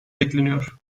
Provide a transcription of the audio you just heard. bekleniyor